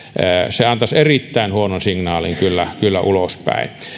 se antaisi kyllä erittäin huonon signaalin ulospäin